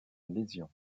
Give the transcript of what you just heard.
lésion